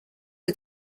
are